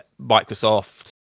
microsoft